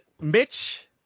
Mitch